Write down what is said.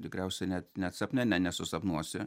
tikriausiai net net sapne ne nesusapnuosi